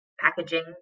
packaging